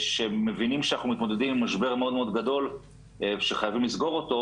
שמבינים שאנחנו מתמודדים עם משבר מאוד מאוד גדול שחייבים לסגור אותו.